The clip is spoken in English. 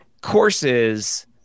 courses